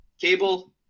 cable